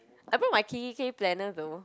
I brought my Kikki-K planner though